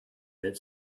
that